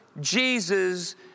Jesus